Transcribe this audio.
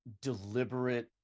deliberate